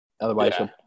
Otherwise